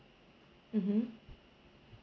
mmhmm